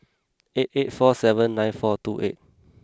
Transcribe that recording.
eight eight four seven nine four two eight